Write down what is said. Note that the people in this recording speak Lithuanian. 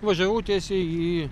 važiavau tiesiai į